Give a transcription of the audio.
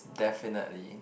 definitely